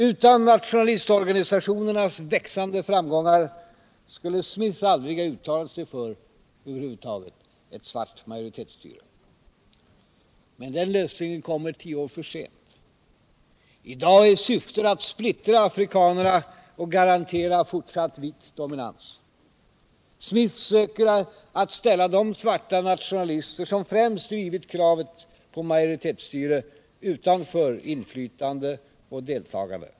Utan nationalistorganisationernas växande framgångar skulle Ian Smith aldrig ha uttalat sig för svart majoritetsstyre. Men denna lösning kommer tio år för sent. I dag är syftet att splittra afrikanerna och att garantera fortsatt vit dominans. Smith söker att ställa de svarta nationalister som främst drivit kravet på majoritetsstyre utanför inflytande och deltagande.